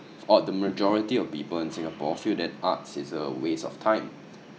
or the majority of people in singapore feel that arts is a waste of time